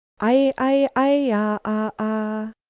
i i i ah!